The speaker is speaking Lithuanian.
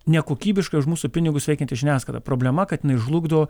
nekokybiškai už mūsų pinigus veikianti žiniasklaida problema kad jinai žlugdo